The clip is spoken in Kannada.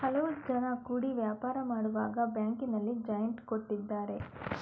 ಹಲವು ಜನ ಕೂಡಿ ವ್ಯಾಪಾರ ಮಾಡುವಾಗ ಬ್ಯಾಂಕಿನಲ್ಲಿ ಜಾಯಿಂಟ್ ಕೊಟ್ಟಿದ್ದಾರೆ